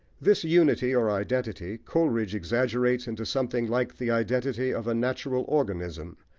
this unity or identity coleridge exaggerates into something like the identity of a natural organism,